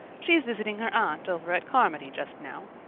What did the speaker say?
she's visiting her aunt over at carmody just now.